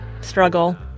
struggle